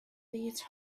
these